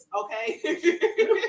okay